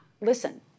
listen